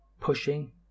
pushing